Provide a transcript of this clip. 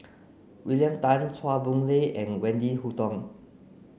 William Tan Chua Boon Lay and Wendy Hutton